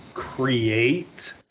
Create